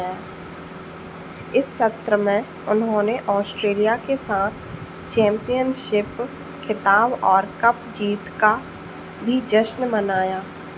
इस सत्र में उन्होंने ऑस्ट्रेलिया के साथ चैम्पियनशिप खिताब और कप जीत का भी जश्न मनाया